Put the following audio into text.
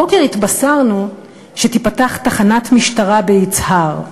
הבוקר התבשרנו שתיפתח תחנת משטרה ביצהר.